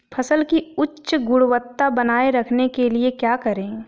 फसल की उच्च गुणवत्ता बनाए रखने के लिए क्या करें?